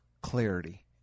clarity